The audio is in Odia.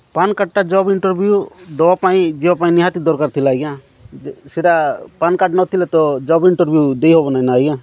ପାନ୍ କାର୍ଡ଼୍ଟା ଜବ୍ ଇଣ୍ଟର୍ଭିଉ ଦେବା ପାଇଁ ଯିବା ପାଇଁ ନିହାତି ଦରକାର ଥିଲା ଆଜ୍ଞା ସେଇଟା ପାନ୍ କାର୍ଡ଼୍ ନଥିଲେ ତ ଜବ୍ ଇଣ୍ଟର୍ଭିଉ ଦେଇ ହେବ ନାହିଁ ନା ଆଜ୍ଞା